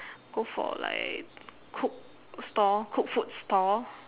go for like cook stall cook food stall